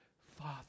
Father